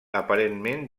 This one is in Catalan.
aparentment